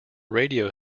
radio